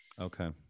Okay